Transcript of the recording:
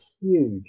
huge